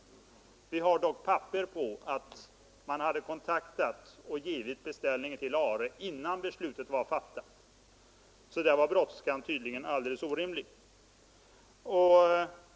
Vi har dock papper på att man hade kontaktat och givit beställningen till ARE-bolagen innan beslutet var fattat så där var brådskan tydligen alldeles orimlig.